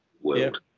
world